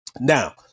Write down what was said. Now